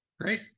Great